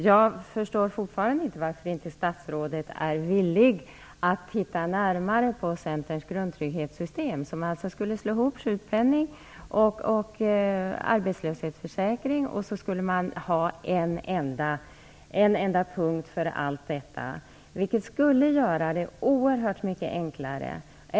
Jag förstår fortfarande inte varför inte statsrådet är villig att titta närmare på Centerns grundtrygghetssystem som innebär att man slår ihop sjukpenning och arbetslöshetsförsäkring och har så att säga en enda punkt för allt detta. Det skulle göra det hela oerhört mycket enklare att kontrollera.